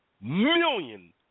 million